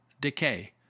decay